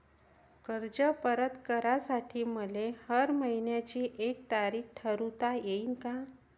कर्ज परत करासाठी मले हर मइन्याची एक तारीख ठरुता येईन का?